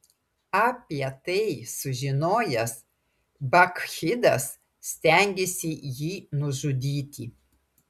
apie tai sužinojęs bakchidas stengėsi jį nužudyti